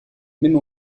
même